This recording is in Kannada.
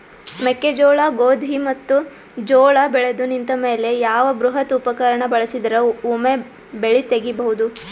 ಮೆಕ್ಕೆಜೋಳ, ಗೋಧಿ ಮತ್ತು ಜೋಳ ಬೆಳೆದು ನಿಂತ ಮೇಲೆ ಯಾವ ಬೃಹತ್ ಉಪಕರಣ ಬಳಸಿದರ ವೊಮೆ ಬೆಳಿ ತಗಿಬಹುದು?